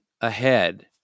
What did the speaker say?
ahead